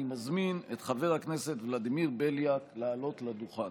אני מזמין את חבר הכנסת ולדימיר בליאק לעלות לדוכן.